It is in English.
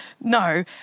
No